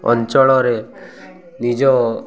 ଅଞ୍ଚଳରେ ନିଜ